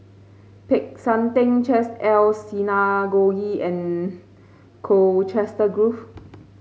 Peck San Theng Chesed El Synagogue and Colchester Grove